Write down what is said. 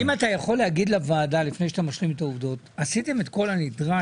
האם אתה יכול להגיד לוועדה שעשיתם את כל הנדרש,